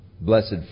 blessed